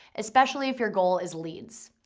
especially if your goal is leads.